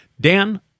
dan